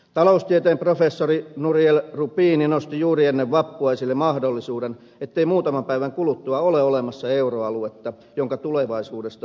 taloustieteen professori nouriel roubini nosti juuri ennen vappua esille mahdollisuuden ettei muutaman päivän kuluttua ole olemassa euroaluetta jonka tulevaisuudesta voisimme keskustella